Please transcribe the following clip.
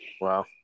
Wow